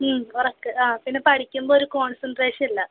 ഉറക്കം ആ പിന്നെ പഠിക്കുമ്പം ഒരു കോൺസൺട്രേഷൻല്ല